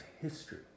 history